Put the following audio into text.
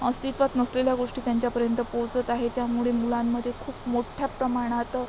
अस्तित्वात नसलेल्या गोष्टी त्यांच्यापर्यंत पोहोचत आहेत त्यामुळे मुलांमध्ये खूप मोठ्या प्रमाणात